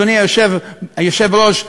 אדוני היושב-ראש,